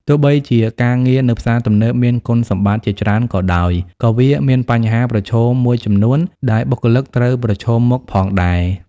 ទោះបីជាការងារនៅផ្សារទំនើបមានគុណសម្បត្តិជាច្រើនក៏ដោយ ក៏វាមានបញ្ហាប្រឈមមួយចំនួនដែលបុគ្គលិកត្រូវប្រឈមមុខផងដែរ។